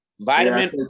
Vitamin